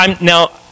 Now